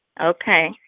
Okay